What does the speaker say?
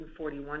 141%